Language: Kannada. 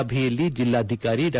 ಸಭೆಯಲ್ಲಿ ಜಿಲ್ಲಾಧಿಕಾರಿ ಡಾ